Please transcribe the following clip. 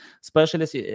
specialists